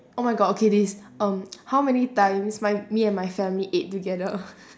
oh my god okay this um how many times my me and my family ate together